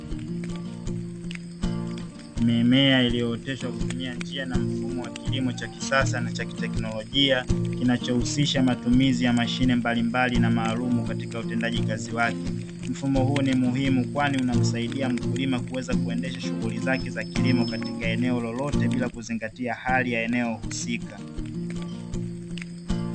Mimea iliyooteshwa kwa kutumia mfumo wa kisasa na kiteknologia, Kinachohusisha mazumizi ya mashine mbalimbali na maalumu katika utendaji kazi wake, Mfumo huu ni muhimu kwani umamsaidia mkulima kuweza kuendesha shughuli za kilimo katika eneo lolote bila kuzingatia hali ya eneo husika.